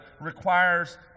requires